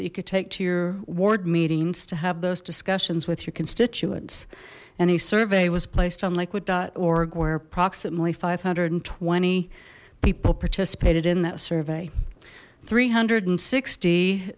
that you could take to your ward meetings to have those discussions with your constituents any survey was placed on liquid org where approximately five hundred and twenty people participated in that survey three hundred and sixty